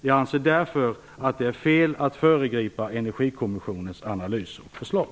Jag anser därför att det är fel att föregripa Energikommissionens analyser och förslag.